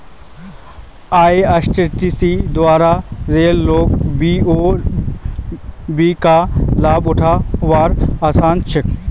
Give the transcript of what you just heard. IRCTC द्वारा रेल लोक बी.ओ.बी का लाभ उठा वार आसान छे